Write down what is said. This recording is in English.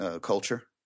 culture